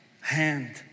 hand